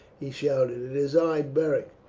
he shouted, it is i, beric.